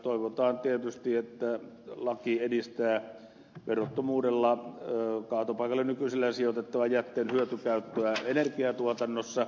toivotaan tietysti että laki edistää verottomuudella kaatopaikalle nykyisellään sijoitettavan jätteen hyötykäyttöä energiatuotannossa